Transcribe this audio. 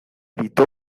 evitó